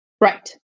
right